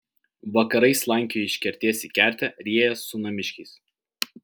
vakarais slankioji iš kertės į kertę riejies su namiškiais